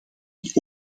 het